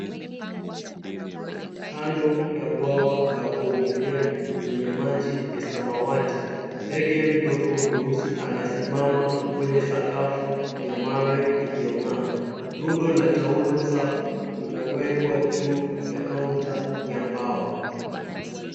Kando ya bwawa la kuogelea lenye maji ya samawati, ndege mdogo mweusi anasimama kwenye sakafu ya mawe iliyo ng'aa. Rundo la taulo safi limewekwa juu ya counter ya mbao.